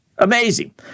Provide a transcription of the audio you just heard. Amazing